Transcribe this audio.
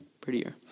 prettier